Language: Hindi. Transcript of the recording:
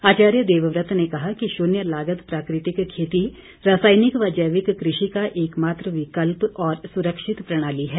आचार्य देवव्रत ने कहा कि शून्य लागत प्राकृतिक खेती रासायनिक व जैविक कृषि का एक मात्र विकल्प और सुरक्षित प्रणाली है